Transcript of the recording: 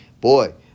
boy